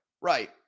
Right